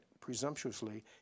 presumptuously